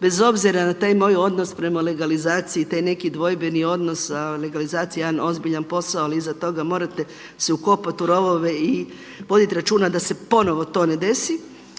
bez obzira na taj moj odnos prema legalizaciji taj neki dvojbeni odnos a legalizacija je jedan ozbiljan posao, ali iza toga morate se ukopati u rovove i voditi računa da se ponovno to ne desi